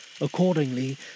Accordingly